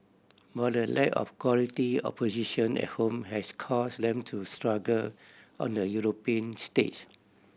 but the lack of quality opposition at home has cause them to struggle on the European stage